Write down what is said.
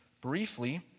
briefly